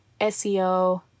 seo